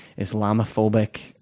Islamophobic